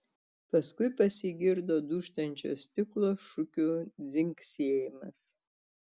paskui pasigirdo dūžtančio stiklo šukių dzingsėjimas